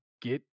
get